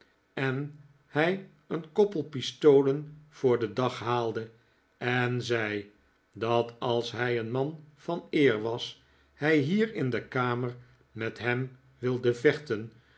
en hij een koppel pistolen voor den dag haalde en zei dat als hij een man van eer was hij hier in de kamer met hem wilde vechten